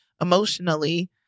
emotionally